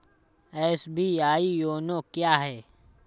SBI YONO क्या है?